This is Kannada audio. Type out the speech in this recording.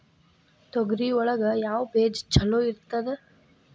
ತೊಗರಿ ಒಳಗ ಯಾವ ಬೇಜ ಛಲೋ ಬರ್ತದ?